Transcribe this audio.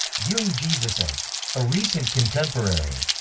viewing jesus as a recent contemporary.